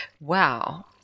Wow